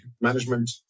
management